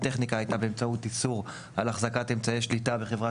הטכניקה הייתה באמצעות איסור על החזקת אמצעי שליטה בחברה